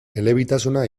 elebitasuna